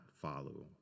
follow